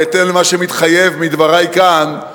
בהתאם למה שמתחייב מדברי כאן,